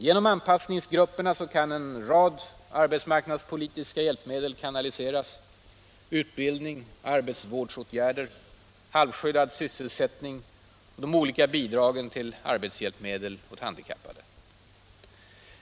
Genom anpassningsgrupperna kan en rad arbetsmarknadspolitiska hjälpmedel kanaliseras: utbildning och arbetsvårdsåtgärder, halvskyddad sysselsättning och de olika bidragen till arbetshjälpmedel åt handikappade.